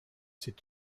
c’est